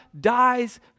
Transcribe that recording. dies